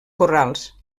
corrals